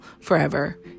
forever